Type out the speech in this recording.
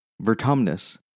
Vertumnus